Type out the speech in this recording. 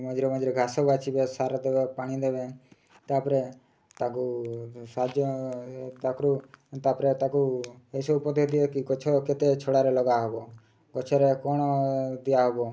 ମଝିରେ ମଝିରେ ଘାସ ବାଛିବେ ସାର ଦେବେ ପାଣି ଦେବେ ତା'ପରେ ତାକୁ ସାହାଯ୍ୟ ତାକୁ ତା'ପରେ ତାକୁ ଏସବୁ ପଦ୍ଧତି ଦିଏ କି ଗଛ କେତେ ଛଡ଼ାରେ ଲଗା ହେବ ଗଛରେ କ'ଣ ଦିଆହେବ